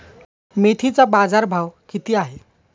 मेथीचा बाजारभाव किती आहे?